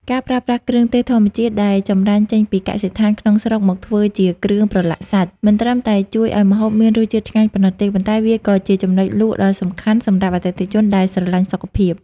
ការប្រើប្រាស់គ្រឿងទេសធម្មជាតិដែលចម្រាញ់ចេញពីកសិដ្ឋានក្នុងស្រុកមកធ្វើជាគ្រឿងប្រឡាក់សាច់ មិនត្រឹមតែជួយឱ្យម្ហូបមានរសជាតិឆ្ងាញ់ប៉ុណ្ណោះទេ ប៉ុន្តែវាក៏ជាចំណុចលក់ដ៏សំខាន់សម្រាប់អតិថិជនដែលស្រឡាញ់សុខភាព។